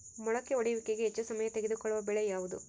ಮೊಳಕೆ ಒಡೆಯುವಿಕೆಗೆ ಹೆಚ್ಚು ಸಮಯ ತೆಗೆದುಕೊಳ್ಳುವ ಬೆಳೆ ಯಾವುದು?